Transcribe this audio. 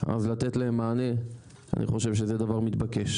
אז לתת להם מענה, אני חושב שזה דבר מתבקש.